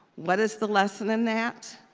what is the lesson in that?